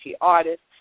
artists